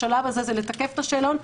השלב הזה הוא לתקף את השאלון,